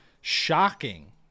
shocking